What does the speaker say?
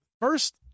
First